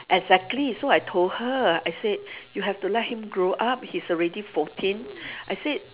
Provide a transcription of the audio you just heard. exactly so I told her I said you have to let him grow up he's already fourteen I said